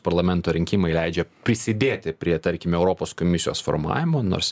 parlamento rinkimai leidžia prisidėti prie tarkime europos komisijos formavimo nors